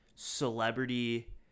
Celebrity